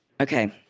Okay